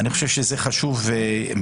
אני חושב שזה חשוב מאוד.